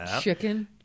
Chicken